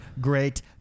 great